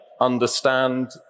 understand